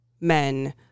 men